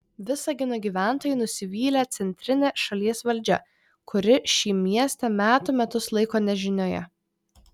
visagino gyventojai nusivylę centrine šalies valdžia kuri šį miestą metų metus laiko nežinioje